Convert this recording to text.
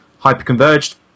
Hyper-converged